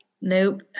Nope